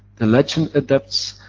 the legend adapts,